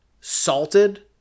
salted